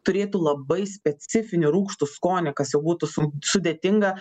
turėtų labai specifinį rūgštų skonį kas jau būtų su sudėtinga